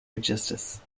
justice